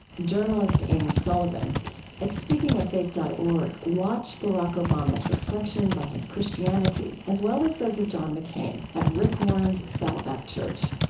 journalist amy sullivan at speakingoffaith dot org, watch barack obama's reflections on his christianity as well as those of john mccain, at rick warren's saddleback church.